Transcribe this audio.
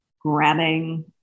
grabbing